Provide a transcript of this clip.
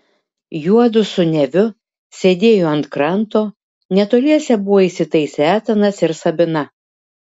juodu su neviu sėdėjo ant kranto netoliese buvo įsitaisę etanas ir sabina